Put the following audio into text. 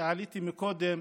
כשעליתי קודם